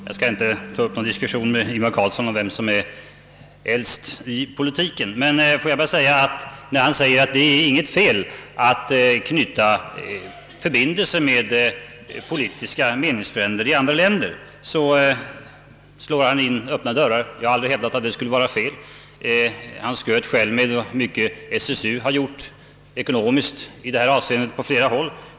Herr talman! Jag skall inte ta upp någon diskussion med Ingvar Carlsson om vem som är äldst i politiken. Men när Ingvar Carlsson säger att det inte är något fel att knyta förbindelser med politiska meningsfränder i andra länder, så slår han in öppna dörrar. Jag har aldrig sagt att det skulle vara fel att göra det. Ingvar Carlsson skröt med hur mycket SSU gjort ekonomiskt i detta avseende på flera håll.